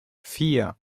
vier